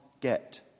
get